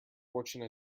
fortune